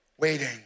waiting